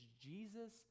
Jesus